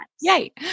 Yay